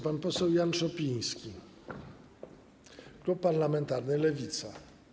Pan poseł Jan Szopiński, klub parlamentarny Lewica.